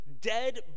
dead